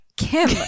Kim